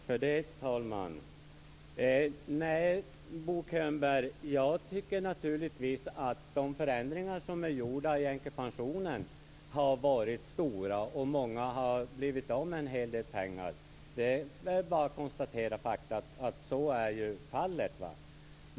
Herr talman! Nej, Bo Könberg, jag tycker naturligtvis att de förändringar som är gjorda i änkepensionen har varit stora, och många har blivit av med en hel del pengar. Det är bara att konstatera fakta, så är fallet.